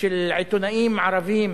של עיתונאים ערבים,